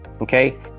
Okay